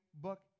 book